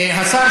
השר